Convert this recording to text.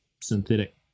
synthetic